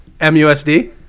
MUSD